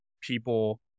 people